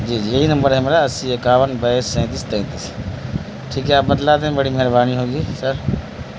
جی جی یہی نمبر ہے میرا اسّی اکاون بائیس سینتیس تینتیس ٹھیک ہے آپ بتلا دیں بڑی مہربانی ہوگی سر